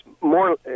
more